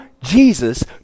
Jesus